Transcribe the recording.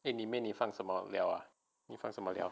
eh 里面你放什么料啊你放什么料